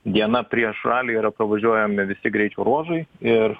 diena prieš ralį yra pravažiuojami visi greičio ruožai ir